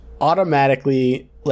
automatically